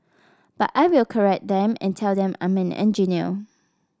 but I will correct them and tell them I'm an engineer